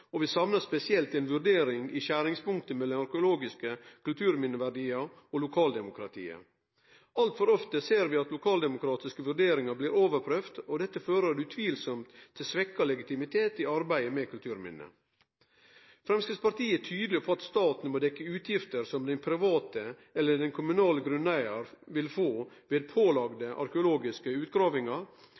kulturminne. Vi saknar spesielt ei vurdering i skjeringspunktet mellom arkeologiske kulturminneverdiar og lokaldemokratiet. Altfor ofte ser vi at lokaldemokratiske vurderingar blir overprøvde, og dette fører utvilsamt til svekt legitimitet i arbeidet med kulturminne. Framstegspartiet er tydelege på at staten må dekkje utgifter som den private eller kommunale grunneigaren vil få ved pålagde arkeologiske utgravingar,